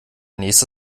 nächste